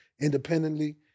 independently